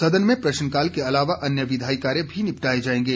सदन में प्रश्नकाल के अलावा अन्य विधायी कार्य भी निपटाए जाएंगे